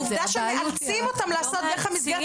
העובדה שמאלצים אותם לעשות דרך המסגרת